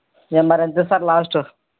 ఏ మరీ ఎంత ఇస్తారు లాస్ట్